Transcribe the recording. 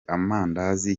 amandazi